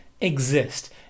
exist